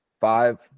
Five